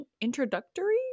introductory